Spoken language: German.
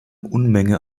unmenge